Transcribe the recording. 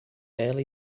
ela